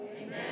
Amen